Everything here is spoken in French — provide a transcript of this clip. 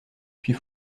puis